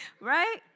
Right